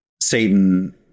Satan